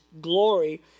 glory